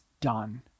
done